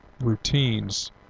routines